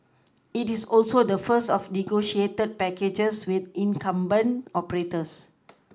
it is also the first of negotiated packages with incumbent operators